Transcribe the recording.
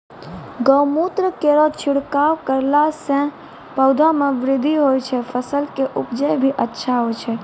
गौमूत्र केरो छिड़काव करला से पौधा मे बृद्धि होय छै फसल के उपजे भी अच्छा होय छै?